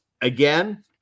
again